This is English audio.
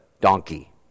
donkey